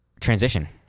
transition